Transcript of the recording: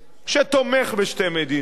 שתומך בשתי מדינות